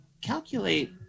Calculate